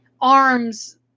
arms